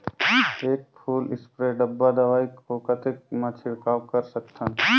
एक full spray डब्बा दवाई को कतेक म छिड़काव कर सकथन?